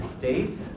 date